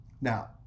Now